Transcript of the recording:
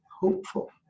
hopeful